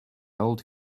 old